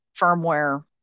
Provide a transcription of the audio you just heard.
firmware